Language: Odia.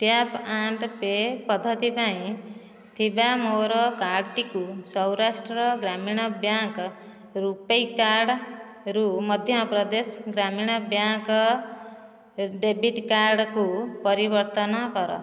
ଟ୍ୟାପ ଆଣ୍ଡ ପେ' ପଦ୍ଧତି ପାଇଁ ଥିବା ମୋ'ର କାର୍ଡ୍ଟିକୁ ସୌରାଷ୍ଟ୍ର ଗ୍ରାମୀଣ ବ୍ୟାଙ୍କ ରୂ'ପେ କାର୍ଡ଼୍ରୁ ମଧ୍ୟପ୍ରଦେଶ ଗ୍ରାମୀଣ ବ୍ୟାଙ୍କ ଡେବିଟ୍ କାର୍ଡ଼୍କୁ ପରିବର୍ତ୍ତନ କର